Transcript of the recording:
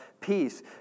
peace